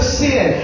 sin